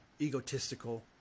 egotistical